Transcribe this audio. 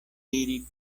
diri